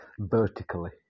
vertically